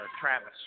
Travis